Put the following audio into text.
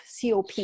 Cop